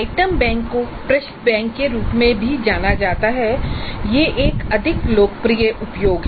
item bank को प्रश्न bank के रूप में भी जाना जाता है यह एक अधिक लोकप्रिय उपयोग है